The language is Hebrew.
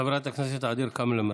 חברת הכנסת ע'דיר כמאל מריח,